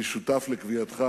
אני שותף לקביעתך